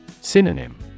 Synonym